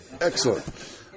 excellent